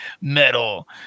metal